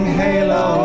halo